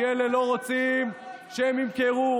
כי אלה לא רוצים שהם ימכרו,